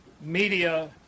media